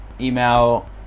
email